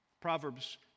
Proverbs